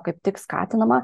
kaip tik skatinama